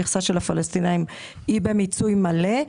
המכסה של הפלסטינים היא במיצוי מלא.